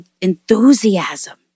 enthusiasm